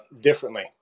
differently